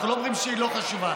אנחנו לא אומרים שהיא לא חשובה.